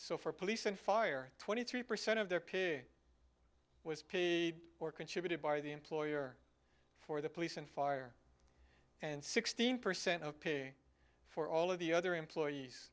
so for police and fire twenty percent of their pig was paid or contributed by the employer for the police and fire and sixteen percent of pay for all of the other employees